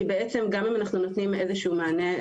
כי בעצם גם אם אנחנו נותנים איזשהו מענה,